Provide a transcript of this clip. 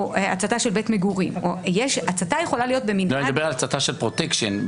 הצתה של בית מגורים --- אני מדבר על הצתה של פרוטקשן.